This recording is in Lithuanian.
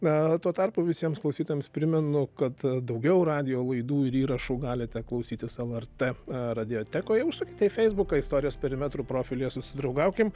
na o tuo tarpu visiems klausytojams primenu kad daugiau radijo laidų ir įrašų galite klausytis lrt radiotekoje užsukite į feisbuką istorijos perimetrų profilyje susidraugaukim